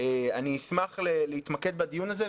אשמח להתמקד בדיון הזה,